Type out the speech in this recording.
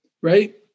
right